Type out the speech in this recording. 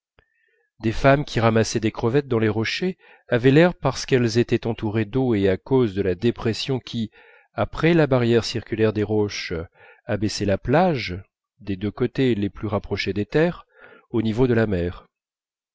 des femmes qui ramassaient des crevettes dans les rochers avaient l'air parce qu'elles étaient entourées d'eau et à cause de la dépression qui après la barrière circulaire des roches abaissait la plage des deux côtés les plus rapprochés de terre au niveau de la mer